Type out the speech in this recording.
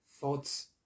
Thoughts